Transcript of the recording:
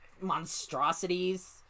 monstrosities